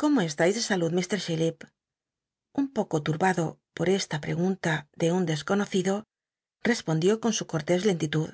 cómo cstais de salud mr chillip un poco luruado por esta pregunta de un desconocido respondió con su cortés lcntitud